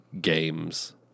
games